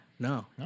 No